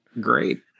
Great